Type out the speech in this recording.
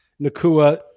Nakua